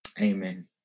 Amen